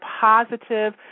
positive